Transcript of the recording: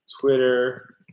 Twitter